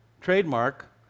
trademark